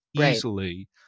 easily